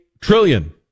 trillion